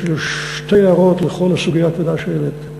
יש לי שתי הערות לכל הסוגיה הכבדה שהעלית: